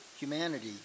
Humanity